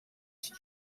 she